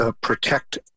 protect